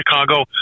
Chicago